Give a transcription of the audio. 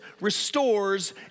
restores